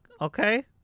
Okay